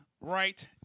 right